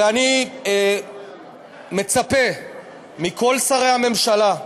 ואני מצפה מכל שרי הממשלה,